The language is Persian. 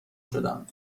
شدم